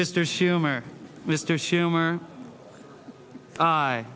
mr schumer mr schumer